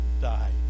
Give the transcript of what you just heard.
died